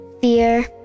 fear